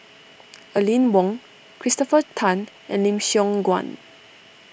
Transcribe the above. Aline Wong Christopher Tan and Lim Siong Guan